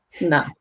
No